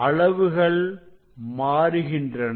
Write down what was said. அளவுகள் மாறுகின்றன